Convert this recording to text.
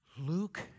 Luke